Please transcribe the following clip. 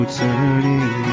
turning